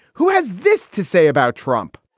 who has this to say about trump?